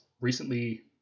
recently